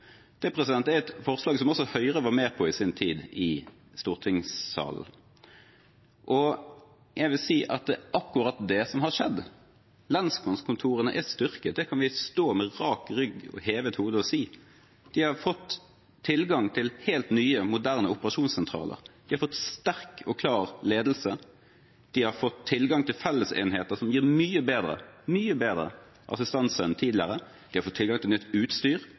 Det er et forslag som også Høyre i sin tid var med på i stortingssalen, og jeg vil si at det er akkurat det som har skjedd: Lensmannskontorene er styrket. Det kan vi stå med rak rygg og hevet hode og si. De har fått tilgang til helt nye og moderne operasjonssentraler, de har fått en sterk og klar ledelse, de har fått tilgang til fellesenheter som gir mye bedre – mye bedre – assistanse enn tidligere, og de har fått tilgang til nytt utstyr